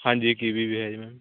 ਹਾਂਜੀ ਕੀਵੀ ਵੀ ਹੈ ਜੀ ਮੈਮ